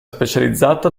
specializzato